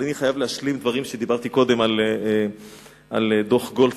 אני חייב להשלים דברים שדיברתי קודם על דוח גולדסטון.